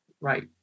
right